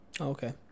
Okay